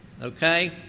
okay